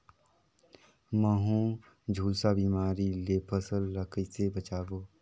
महू, झुलसा बिमारी ले फसल ल कइसे बचाबो?